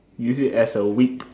use it as a whip